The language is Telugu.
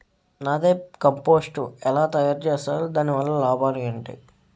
నదెప్ కంపోస్టు ఎలా తయారు చేస్తారు? దాని వల్ల లాభాలు ఏంటి?